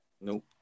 Nope